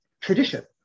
tradition